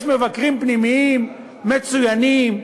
יש מבקרים פנימיים מצוינים,